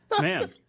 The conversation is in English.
Man